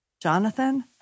Jonathan